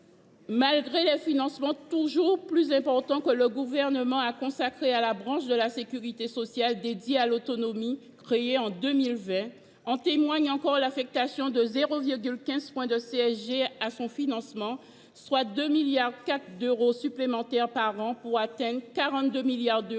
malgré les financements toujours plus importants que le Gouvernement a consacrés à la branche de la sécurité sociale dédiée à l’autonomie créée en 2020 – en témoigne encore l’affectation de 0,15 point de contribution sociale généralisée (CSG) à son financement, soit 2,4 milliards d’euros supplémentaires par an, pour atteindre 42 milliards d’euros